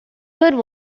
good